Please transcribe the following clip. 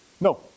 No